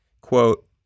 quote